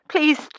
Please